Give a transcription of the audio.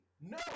No